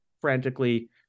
frantically